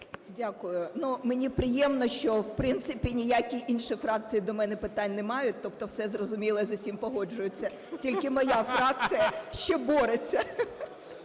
Дякую. Ну, мені приємно, що, в принципі, ніякі інші фракції до мене питань не мають, тобто все зрозуміло і з усім погоджуються. Тільки моя фракція ще бореться.